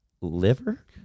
liver